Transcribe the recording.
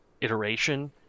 iteration